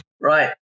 Right